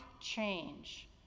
change